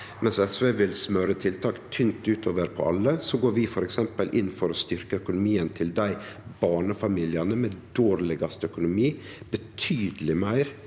Mens SV vil smøre tiltak tynt utover på alle, går vi f.eks. inn for å styrkje økonomien til barnefamiliane med dårlegast økonomi betydeleg meir